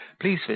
please